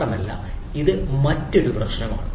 മാത്രമല്ല ഇത് മറ്റൊരു പ്രശ്നമാണ്